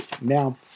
Now